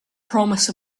promise